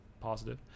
positive